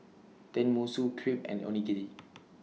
Tenmusu Crepe and Onigiri